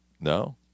No